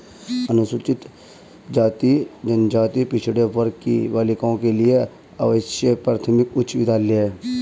अनुसूचित जाति जनजाति पिछड़े वर्ग की बालिकाओं के लिए आवासीय प्राथमिक उच्च विद्यालय है